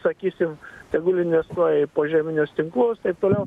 sakysim tegul investuoja į požeminius tinklus taip toliau